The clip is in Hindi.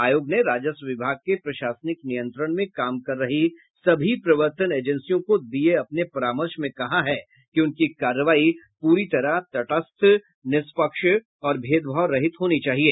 आयोग ने राजस्व विभाग के प्रशासनिक नियंत्रण में काम कर रही सभी प्रवर्तन एजेंसियों को दिये अपने परामर्श में कहा है कि उनकी कार्रवाई प्री तरह तटस्थ निष्पक्ष और भेदभाव रहित होनी चाहिए